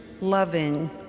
loving